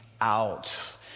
out